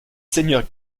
seigneurs